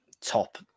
top